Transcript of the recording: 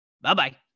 Bye-bye